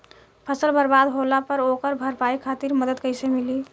फसल बर्बाद होला पर ओकर भरपाई खातिर मदद कइसे मिली?